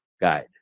guide